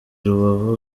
rubavu